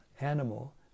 animal